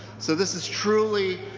so this is trulya